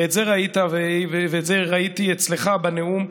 ואת זה ראיתי אצלך בנאום.